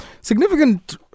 Significant